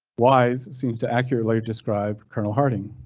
wise seems to accurately describe colonel harting.